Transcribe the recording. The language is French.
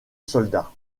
soldat